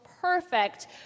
perfect